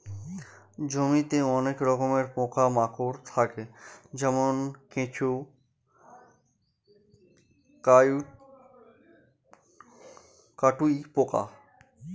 জমিতে অনেক রকমের পোকা মাকড় থাকে যেমন কেঁচো, কাটুই পোকা